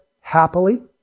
happily